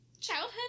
Childhood